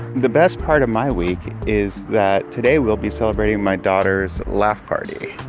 the best part of my week is that today we'll be celebrating my daughter's laugh party.